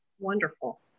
Wonderful